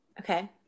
Okay